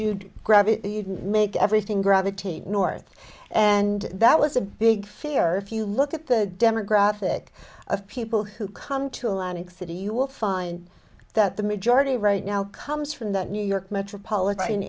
it make everything gravitate north and that was a big fear if you look at the demographic of people who come to a lot of thirty you will find that the majority right now comes from the new york metropolitan